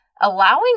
allowing